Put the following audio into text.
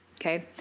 Okay